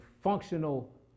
functional